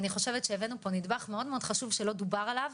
אני חושבת שהבאנו פה נדבך מאוד חשוב שלא דובר עליו